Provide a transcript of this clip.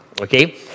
Okay